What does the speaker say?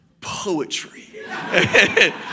poetry